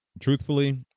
truthfully